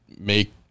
make